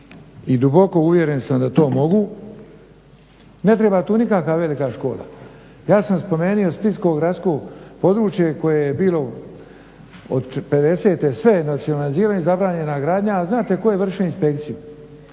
i duboko uvjeren sam da to mogu ne treba tu nikakva velika škola. Ja sam spomenuo splitsko gradsko područje koje je bilo od '50. sve nacionalizirano i zabranjena gradnja, a znate tko je vršio inspekciju?